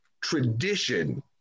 tradition